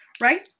right